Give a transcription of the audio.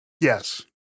Yes